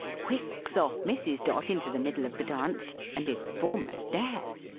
whisks off mrs. dot into the middle of the dance, and is the foremost there.